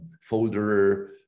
folder